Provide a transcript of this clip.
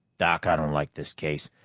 doc, i don't like this case.